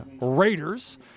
Raiders